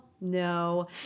no